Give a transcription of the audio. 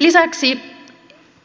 lisäksi